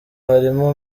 harimo